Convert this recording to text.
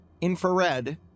infrared